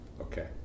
okay